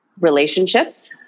Relationships